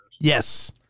Yes